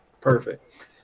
Perfect